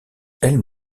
elle